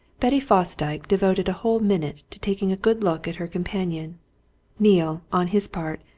betty fosdyke devoted a whole minute to taking a good look at her companion neale, on his part,